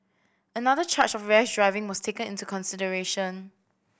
another charge of rash driving was taken into consideration